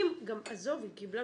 עזוב,